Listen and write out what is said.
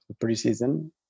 pre-season